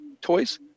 toys